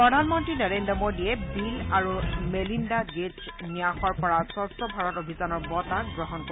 প্ৰধানমন্ত্ৰী নৰেন্দ্ৰ মোডীয়ে বিল আৰু মেলিণ্ডা গেটচ্ ন্যাসৰ পৰা স্বছ ভাৰত অভিযানৰ বঁটা গ্ৰহণ কৰিব